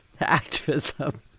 activism